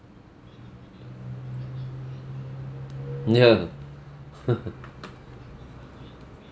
ya